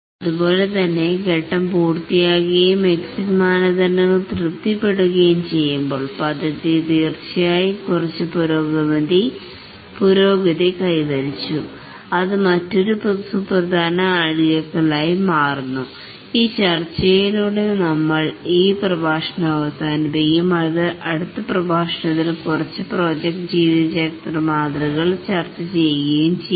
അതുപോലെതന്നെ ഘട്ടം പൂർത്തിയാകുകയും എക്സിറ്റ് മാനദണ്ഡങ്ങൾ തൃപ്തിപ്പെടുകയും ചെയ്യുമ്പോൾ പദ്ധതി തീർച്ചയായും കുറച്ച് പുരോഗതി കൈവരിച്ചു അത് മറ്റൊരു സുപ്രധാന മയിൽസ്റ്റോൺസ് അയി മാറുന്നു ഈ ചർച്ചയിലൂടെ നമ്മൾ ഈ പ്രഭാഷണം അവസാനിപ്പിക്കുകയും അടുത്ത പ്രഭാഷണത്തിൽ കുറച്ച് പ്രോജക്ട് ജീവിതചക്ര മാതൃകകൾ ചർച്ച ചെയ്യുകയും ചെയ്യും